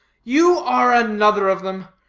you are another of them.